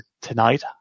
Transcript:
tonight